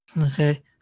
Okay